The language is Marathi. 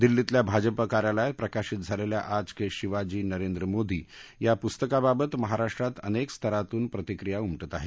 दिल्लीतल्या भाजपा कार्यालयात प्रकाशित झालेल्या आज के शिवाजी नरेंद्र मोदी या पुस्तकाबाबत महाराष्ट्रात अनेक स्तरांतून प्रतिक्रिया उमटत आहेत